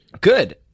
good